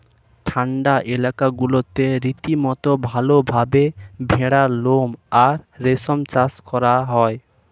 ঠান্ডা এলাকাগুলোতে রীতিমতো ভালভাবে ভেড়ার লোম আর রেশম চাষ করা হয়